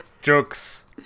jokes